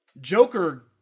Joker